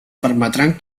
permetran